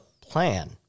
plan